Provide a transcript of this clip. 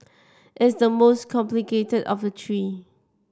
it's the most complicated of the three